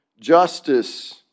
Justice